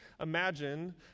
Imagine